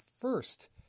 first